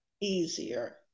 easier